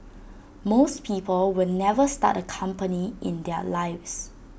most people will never start A company in their lives